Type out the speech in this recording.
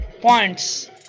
points